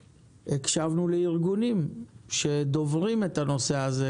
הקשבנו גם לארגונים שדוברים את הנושא הזה,